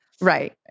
Right